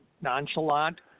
nonchalant